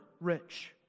rich